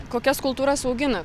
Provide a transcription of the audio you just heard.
kokias kultūras augina